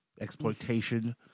exploitation